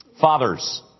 Fathers